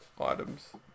items